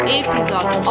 episode